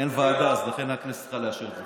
אין ועדה, אז לכן הכנסת צריכה לאשר את זה.